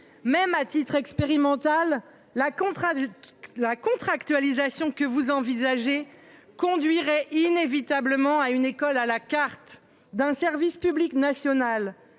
même à titre expérimental la contre à. La contractualisation que vous envisagez conduirait inévitablement à une école à la carte d'un service public national